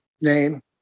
name